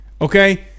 Okay